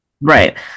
Right